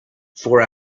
four